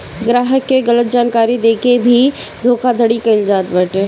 ग्राहक के गलत जानकारी देके के भी धोखाधड़ी कईल जात बाटे